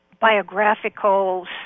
biographical